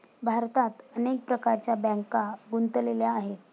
भारतात अनेक प्रकारच्या बँका गुंतलेल्या आहेत